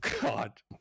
God